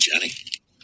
Johnny